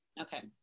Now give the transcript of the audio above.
okay